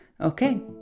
Okay